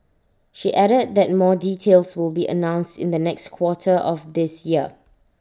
she added that more details will be announced in the next quarter of this year